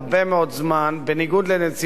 בניגוד לנציבות האו"ם לזכויות האדם,